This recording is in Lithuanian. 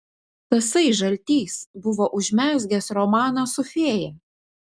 tasai žaltys buvo užmezgęs romaną su fėja